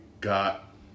got